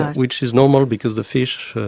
which is normal because the fish,